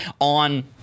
on